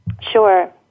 Sure